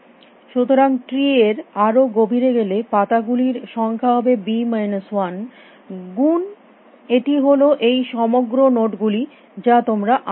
সুতরাং ট্রি এর আরো গভীরে গেলে পাতা গুলির সংখ্যা হবে বি মাইনাস 1 গুণ এটি হল সেই সমগ্র নোড গুলি যা তোমরা আগে দেখেছ